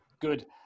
Good